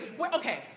Okay